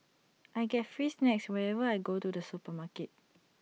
I get free snacks whenever I go to the supermarket